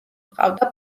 ჰყავდა